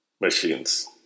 machines